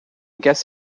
guess